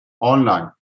online